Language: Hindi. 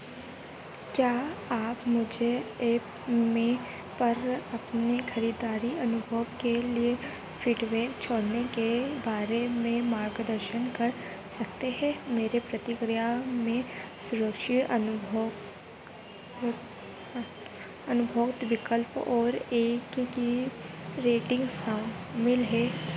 क्या आप मुझे एपमे पर अपने खरीदारी अनुभव के लिए फीडबैक छोड़ने के बारे में मार्गदर्शन कर सकते हैं मेरे प्रतिक्रिया में सुरक्षित अनुभव विकल्प और एक की रेटिंग शामिल है